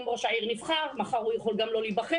זה ראש עיר נבחר, מחר הוא יכול גם לא להיבחר.